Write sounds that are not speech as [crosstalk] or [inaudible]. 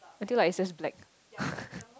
until like it's just black [laughs]